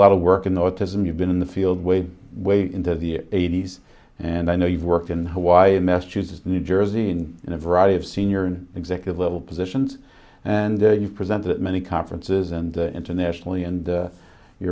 lot of work in autism you've been in the field way way into the eighty's and i know you've worked in hawaii massachusetts new jersey and in a variety of senior executive level positions and you present it many conferences and internationally and